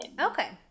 Okay